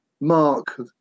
mark